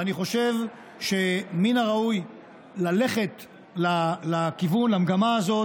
ואני חושב שמן הראוי ללכת לכיוון המגמה הזאת.